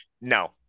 No